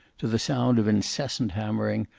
to the sound of incessant hammering,